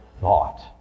thought